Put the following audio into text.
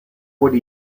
would